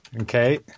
okay